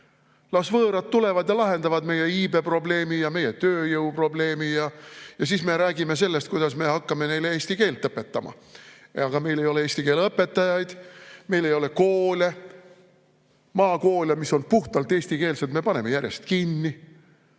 las võõrad tulevad ja lahendavad meie iibeprobleemi ja meie tööjõuprobleemi. Ja siis me räägime sellest, kuidas me hakkame neile eesti keelt õpetama. Aga meil ei ole eesti keele õpetajaid, meil ei ole koole. Maakoole, mis on puhtalt eestikeelsed, me paneme järjest kinni. Vot